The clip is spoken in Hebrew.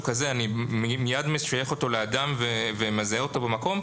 כזה אני מיד משייך אותו לאדם ומזהה אותו במקום,